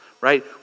right